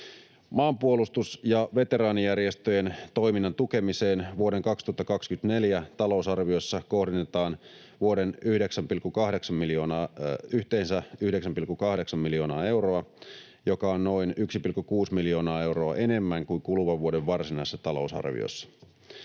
Maanpuolustus- ja veteraanijärjestöjen toiminnan tukemiseen vuoden 2024 talousarviossa kohdennetaan yhteensä 9,8 miljoonaa euroa, joka on noin 1,6 miljoonaa euroa enemmän kuin kuluvan vuoden varsinaisessa talousarviossa.